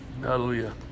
Hallelujah